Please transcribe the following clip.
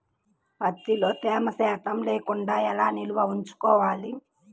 ప్రత్తిలో తేమ శాతం లేకుండా ఎలా నిల్వ ఉంచుకోవాలి?